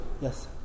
Yes